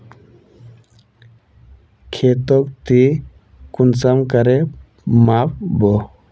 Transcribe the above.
खेतोक ती कुंसम करे माप बो?